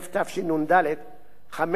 15 בנובמבר 1993,